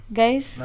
guys